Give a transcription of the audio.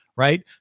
Right